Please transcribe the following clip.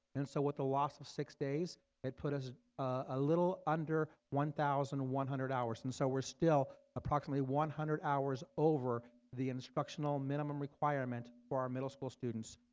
and so with the loss of six days it put us a little under one thousand one hundred hours and so we're still approximately one hundred hours over the instructional minimum requirement for our middle school students.